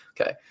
okay